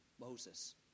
Moses